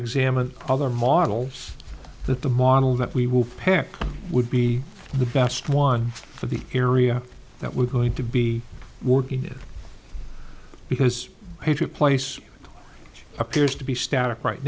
examine other models that the model that we will pick would be the best one for the area that we're going to be working in because if you place appears to be static right